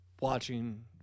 watching